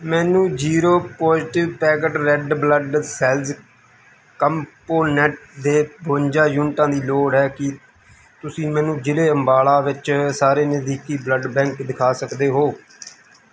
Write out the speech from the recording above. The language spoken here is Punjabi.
ਮੈਨੂੰ zero positive packed red blood cells component ਦੇ ਬਵੰਜਾਂ ਯੂਨਿਟਾਂ ਦੀ ਲੋੜ ਹੈ ਕੀ ਤੁਸੀਂ ਮੈਨੂੰ ਜ਼ਿਲ੍ਹੇ ਅੰਬਾਲਾ ਵਿੱਚ ਸਾਰੇ ਨਜ਼ਦੀਕੀ ਬਲੱਡ ਬੈਂਕ ਦਿਖਾ ਸਕਦੇ ਹੋ